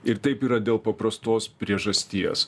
ir taip yra dėl paprastos priežasties